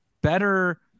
better